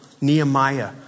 Nehemiah